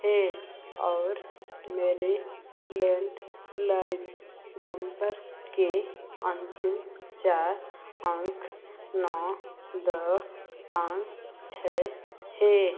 है और मेरा लैंडलाइन नंबर के अंतिम चार अंक नौ दो पाँच छः हैं